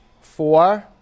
Four